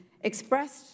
expressed